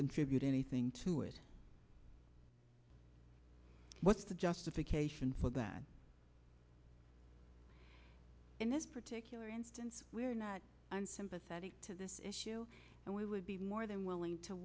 contribute anything to it what's the justification for that in this particular instance we're not unsympathetic to this issue and we would be more than willing to